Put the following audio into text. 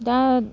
दा